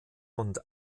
und